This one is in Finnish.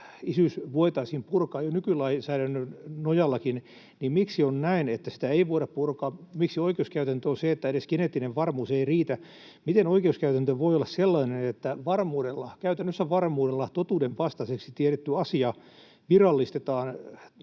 isyys voitaisiin purkaa jo nykylainsäädännön nojallakin, niin miksi on näin, että sitä ei voida purkaa. Miksi oikeuskäytäntö on se, että edes geneettinen varmuus ei riitä? Miten oikeuskäytäntö voi olla sellainen, että varmuudella, käytännössä varmuudella totuudenvastaiseksi tiedetty asia virallistetaan